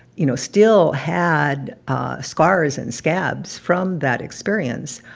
you know, still had scars and scabs from that experience.